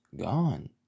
gone